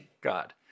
God